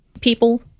people